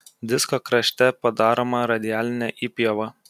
disko krašte padaroma radialinė įpjova